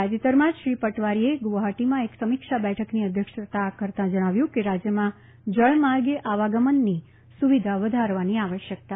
તાજેતરમાં જ શ્રી પટવારીએ ગુવાહાટીમાં એક સમીક્ષા બેઠકની અધ્યક્ષતા કરતાં જણાવ્યું કે રાજ્ય જળમાર્ગે આવાગમનની સુવિધા વધારવાની આવશ્યકતા છે